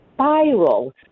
spiral